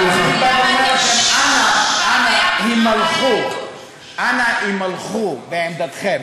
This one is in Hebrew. אני בא ואומר לכם: אנא, הימלכו בעמדתכם.